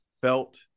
felt